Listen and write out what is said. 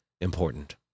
important